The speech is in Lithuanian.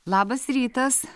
labas rytas